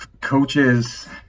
coaches